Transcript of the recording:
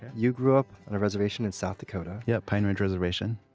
you grew up on a reservation in south dakota yeah pine ridge reservation.